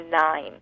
nine